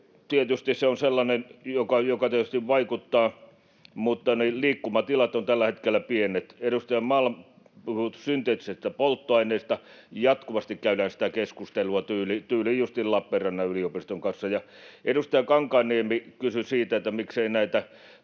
tietysti se on sellainen, joka vaikuttaa, mutta ne liikkumatilat ovat tällä hetkellä pienet. Edustajan Malm puhui synteettisistä polttoaineista. Jatkuvasti käydään sitä keskustelua, tyyliin justiin Lappeenrannan yliopiston kanssa. Ja edustaja Kankaanniemi kysyi näistä